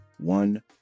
one